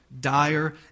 dire